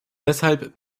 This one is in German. deshalb